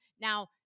Now